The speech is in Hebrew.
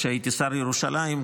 כשהייתי שר ירושלים,